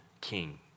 king